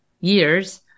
Years